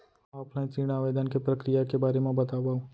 Offline ऋण आवेदन के प्रक्रिया के बारे म बतावव?